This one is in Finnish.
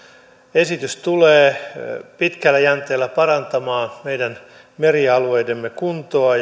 esitys tulee pitkällä jänteellä parantamaan meidän merialueidemme kuntoa